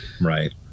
Right